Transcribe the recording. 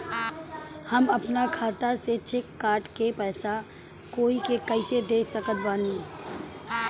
हम अपना खाता से चेक काट के पैसा कोई के कैसे दे सकत बानी?